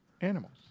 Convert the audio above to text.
animals